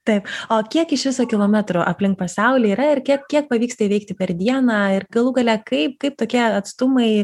taip o kiek iš viso kilometrų aplink pasaulį yra ir kiek kiek pavyksta įveikti per dieną ir galų gale kaip kaip tokie atstumai